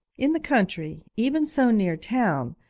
in the country, even so near town,